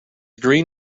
green